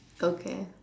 okay